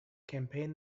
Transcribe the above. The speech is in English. campaign